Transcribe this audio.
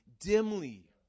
dimly